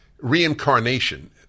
Reincarnation